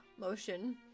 motion